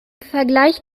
vergleich